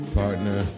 partner